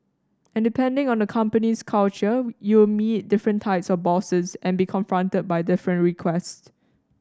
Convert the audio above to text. and depending on a company's culture you'll meet different types of bosses and be confronted by different requests